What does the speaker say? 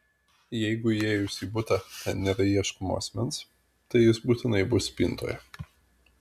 jeigu įėjus į butą ten nėra ieškomo asmens tai jis būtinai bus spintoje